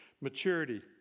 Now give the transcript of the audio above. maturity